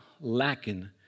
lacking